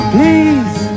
Please